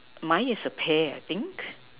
mine is a pear I think